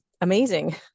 amazing